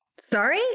Sorry